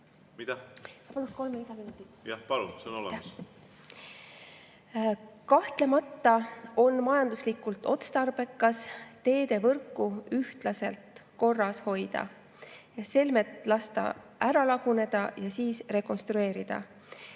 Kahtlemata on majanduslikult otstarbekas teevõrku ühtlaselt korras hoida, selmet lasta ära laguneda ja siis rekonstrueerida,